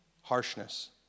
Harshness